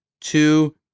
two